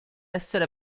essere